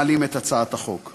כשמעלים את הצעת החוק.